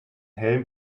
hellen